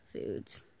foods